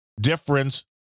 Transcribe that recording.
difference